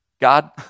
God